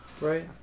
Right